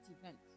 event